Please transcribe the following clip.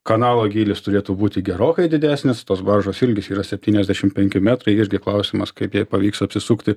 kanalo gylis turėtų būti gerokai didesnis tos baržos ilgis yra septyniasdešim penki metrai irgi klausimas kaip jai pavyks apsisukti